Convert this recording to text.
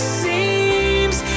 seems